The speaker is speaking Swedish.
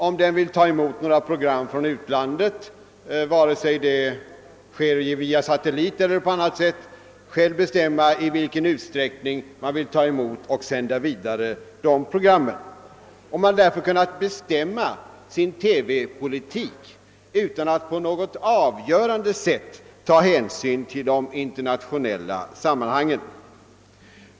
om det vill ta emot eller sända vidare några program från utlandet, vare sig dessa förmedlats via satellit eller på annat sätt. Man har därför kunnat bestämma sin TV-politik utan att på något avgörande sätt ta hänsyn till de internationella sammanhangen.